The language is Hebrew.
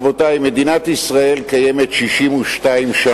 רבותי, מדינת ישראל קיימת 62 שנה.